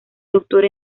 doctor